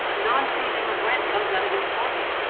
non-payment of rent comes out of his pocket.